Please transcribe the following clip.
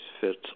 fits